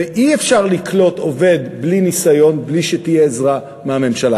ואי-אפשר לקלוט עובד בלי ניסיון בלי שתהיה עזרה מהממשלה.